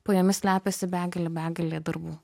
po jomis slepiasi begalė begalė darbų